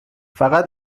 فقط